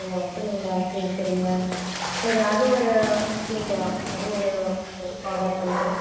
ஒ அப்படிங்களா சரி சரிங்க சரி அதுவொரு பிளேட்டு அது ஒரு ஆர்டர் பண்ணிக்கிறோம்